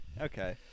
okay